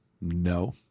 No